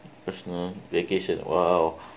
personal vacation !wow! mm